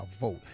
vote